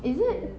is it